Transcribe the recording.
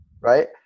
right